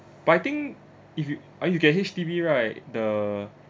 but think if you ah you get H_D_B right the